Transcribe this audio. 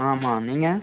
ஆமாம் நீங்கள்